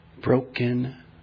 broken